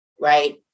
right